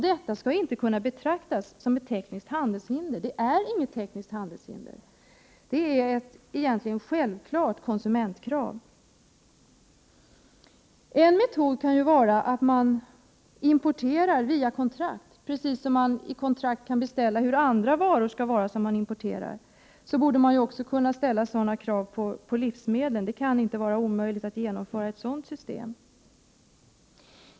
Detta skall inte kunna betraktas som ett tekniskt handelshinder. Det är inget tekniskt handelshinder, utan egentligen ett självklart konsumentkrav. En metod skulle kunna vara att importera genom kontrakt. Precis som man i kontrakt kan bestämma hur andra importerade varor skall vara borde man också kunna ställa krav på livsmedlen. Det kan inte vara omöjligt att genomföra ett sådant system.